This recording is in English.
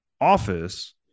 office